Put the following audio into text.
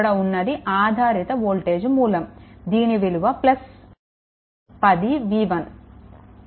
ఇక్కడ ఉన్నది ఆధారిత వోల్టేజ్ మూలం దీని విలువ 10v1